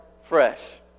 fresh